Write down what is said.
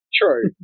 true